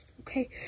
Okay